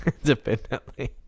independently